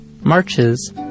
marches